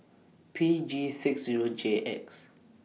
P G six Zero J X